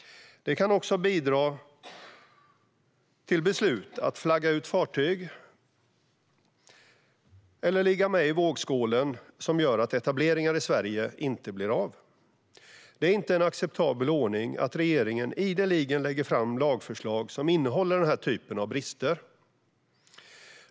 Det kan också bidra till beslut att flagga ut fartyg eller ligga med i vågskålen som gör att etableringar i Sverige inte blir av. Det är inte en acceptabel ordning att regeringen ideligen lägger fram lagförslag som innehåller brister som dessa.